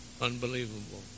unbelievable